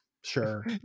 Sure